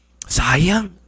Sayang